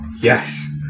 Yes